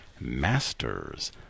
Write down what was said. Masters